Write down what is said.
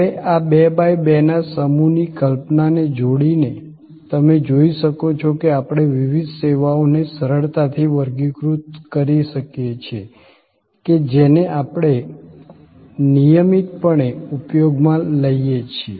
હવે આ 2 બાય 2 ના સમૂહની કલ્પનાને જોડીને તમે જોઈ શકો છો કે આપણે વિવિધ સેવાઓને સરળતાથી વર્ગીકૃત કરી શકીએ છીએ કે જેને અમે નિયમિતપણે ઉપયોગમાં લઈએ છીએ